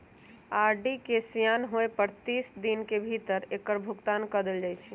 RD के सेयान होय पर तीस दिन के भीतरे एकर भुगतान क देल जाइ छइ